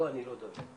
לו אני לא דואג.